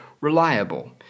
reliable